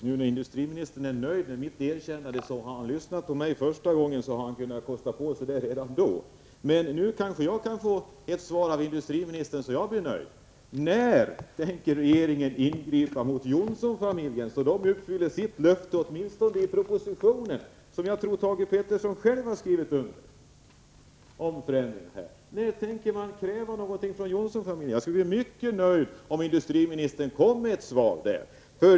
Herr talman! Industriministern säger nu att han är nöjd med mitt erkännande. Om han lyssnat på mig från början kunde han ha kostat på sig detta redan tidigare. Nu kanske jag kan få ett svar av industriministern, så att jag blir nöjd. Jag frågar: När tänker regeringen ingripa mot Johnsonfamiljen, så att man åtminstone lever upp till löftet i propositionen, som jag tror att Thage Peterson själv har skrivit under, när det gäller förändringen här? När tänker man ställa krav på Johnsonfamiljen? Jag skulle bli mycket nöjd om industriministern svarade på detta.